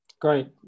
Great